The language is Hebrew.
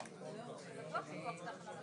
"בתקופה שמיום